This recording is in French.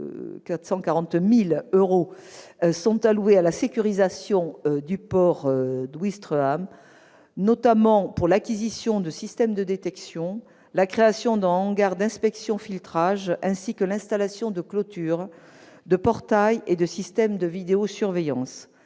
d'euros sont alloués à la sécurisation du port de Ouistreham, notamment pour l'acquisition de systèmes de détection, la création d'un hangar d'inspection filtrage ainsi que l'installation de clôtures, de portails et de systèmes de vidéosurveillance.